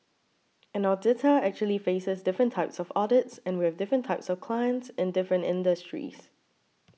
an auditor actually faces different types of audits and we've different types of clients in different industries